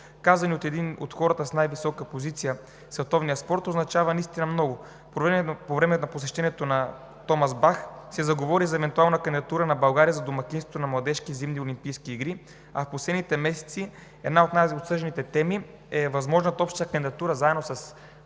един от хората с най-висока позиция в световния спорт, означава наистина много. По време на посещението на Томас Бах се заговори за евентуалната кандидатура на България за домакинство на младежките олимпийски зимни игри, а в последните месеци една от най-обсъжданите теми е възможната обща кандидатура – заедно със Сърбия,